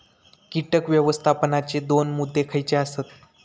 कीटक व्यवस्थापनाचे दोन मुद्दे खयचे आसत?